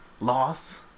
loss